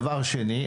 דבר שני,